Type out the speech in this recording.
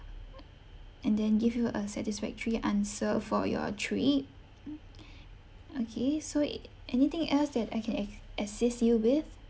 and then give you a satisfactory answer for your trip okay so anything else that I can a~ assist you with